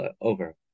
over